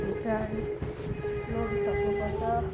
भित्र लगी सक्नुपर्छ